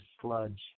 sludge